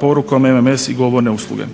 porukom MMS i govorne usluge.